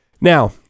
Now